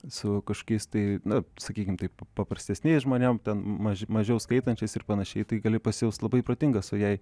su kažkokiais tai na sakykim taip paprastesniais žmonėm ten maž mažiau skaitančiais ir panašiai tai gali pasijaust labai protingas o jei